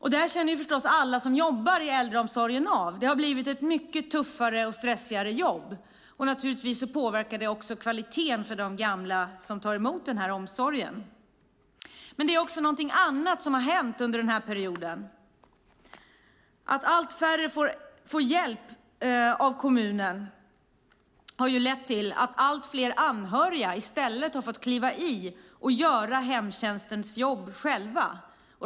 Detta känner förstås alla som jobbar i äldreomsorgen av. Det har blivit ett mycket tuffare och stressigare jobb, och naturligtvis påverkar det också kvaliteten för de gamla som tar emot omsorgen. Det är dock också något annat som har hänt under denna period. Att allt färre får hjälp av kommunen har lett till att anhöriga i stället har fått kliva in och själva göra hemtjänstens jobb.